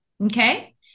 okay